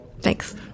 Thanks